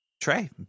Trey